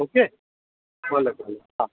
okay ભલે ભેલે હાં